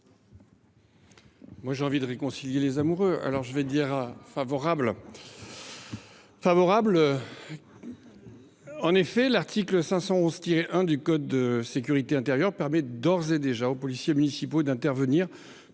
? J’ai envie de réconcilier les amoureux… Mon avis sera favorable ! En effet, l’article L. 511 1 du code de sécurité intérieure permet d’ores et déjà aux policiers municipaux d’intervenir, sous l’autorité